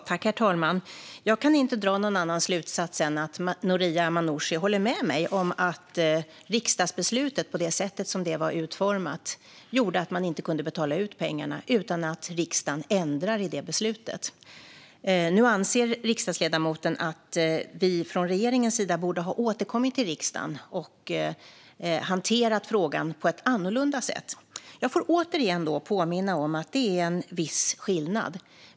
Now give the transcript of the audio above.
Herr talman! Jag kan inte dra någon annan slutsats än att Noria Manouchi håller med mig om att det sätt på vilket riksdagsbeslutet var utformat gjorde att man inte kunde betala ut pengarna utan att riksdagen ändrar i beslutet. Nu anser riksdagsledamoten att regeringen borde ha återkommit till riksdagen och hanterat frågan på ett annorlunda sätt. Jag får då återigen påminna om att det finns en viss skillnad.